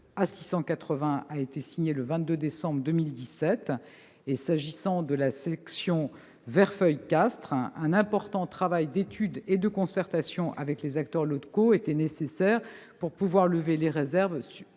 680 a été signé le 22 décembre 2017. S'agissant de la section Verfeil-Castres, un important travail d'étude et de concertation avec les acteurs locaux était nécessaire pour lever les réserves formulées